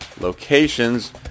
locations